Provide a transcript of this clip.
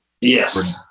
Yes